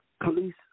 police